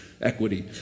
equity